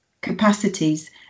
capacities